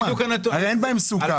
הרי אין בהם סוכר.